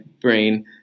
brain